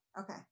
Okay